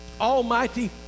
Almighty